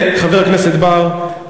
חבר הכנסת בר,